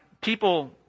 people